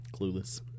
Clueless